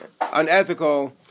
unethical